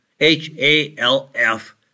H-A-L-F